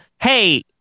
Hey